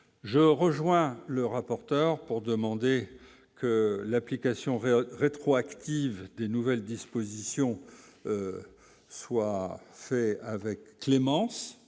je rejoins le rapporteur pour demander que l'application réelle rétroactive des nouvelles dispositions soient faits avec clémence